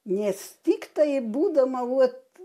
nes tiktai būdama uot